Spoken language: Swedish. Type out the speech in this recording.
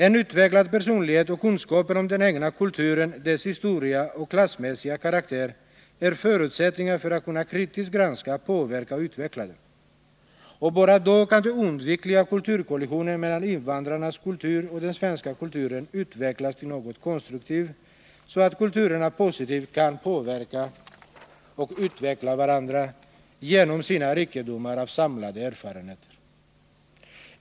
En utvecklad personlighet och kunskaper om den egna kulturen, dess historia och klassmässiga karaktär är förutsättningar för att kunna kritiskt granska, påverka och utveckla den. Och bara då kan den oundvikliga kulturkollisionen mellan invandrarnas kultur och den svenska kulturen utvecklas till något konstruktivt, så att kulturerna positivt kan påverka och utveckla varandra genom sina rikedomar av samlade erfarenheter.